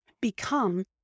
become